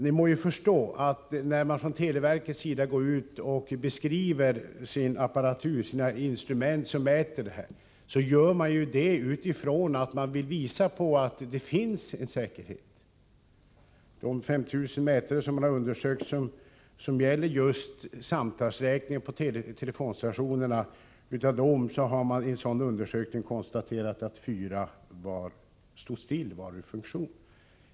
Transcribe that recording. Ni må förstå att när man från televerket nu går ut och beskriver sin apparatur och sina mätinstrument, så vill man därmed visa att det finns en säkerhet. Vid en undersökning av 5 000 mätare för just samtalsräkningen på telestationerna har man konstaterat att fyra av mätarna var ur funktion.